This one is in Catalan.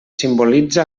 simbolitza